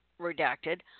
Redacted